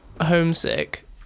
Homesick